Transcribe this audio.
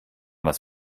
was